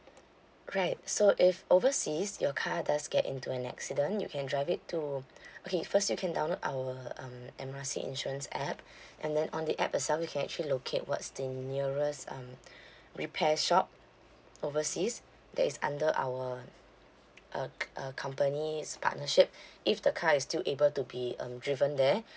right so if overseas your car does get into an accident you can drive it to okay first you can download our um M R C insurance app and then on the app itself you can actually locate what's the nearest um repair shop overseas that is under our uh uh company's partnership if the car is still able to be um driven there